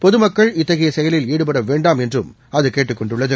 பொதுமக்கள் இத்தகையசெயலில் ஈடுபடவேண்டாம் என்றும்அதுகேட்டுக் கொண்டுள்ளது